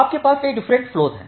आपके पास कई डिफरेंट फ्लोस हैं